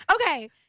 Okay